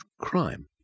crime